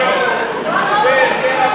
משבר.